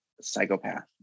psychopath